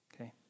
okay